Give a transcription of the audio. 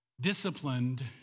disciplined